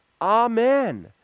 Amen